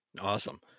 Awesome